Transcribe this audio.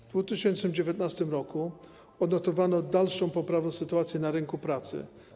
W 2019 r. odnotowano dalszą poprawę sytuacji na rynku pracy.